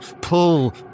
pull